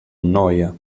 annoia